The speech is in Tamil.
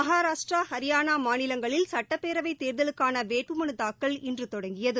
மகாராஷ்டிரா ஹரியானா மாநிலங்களில் சட்டப் பேரவைத் தேர்தலுக்கான வேட்புமனுத் தாக்கல் இன்று தொடங்கியது